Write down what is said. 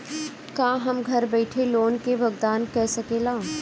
का हम घर बईठे लोन के भुगतान के शकेला?